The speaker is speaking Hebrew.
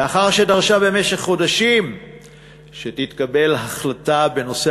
לאחר שדרשה במשך חודשים שתתקבל החלטה בנושא